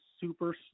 Super